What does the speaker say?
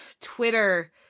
Twitter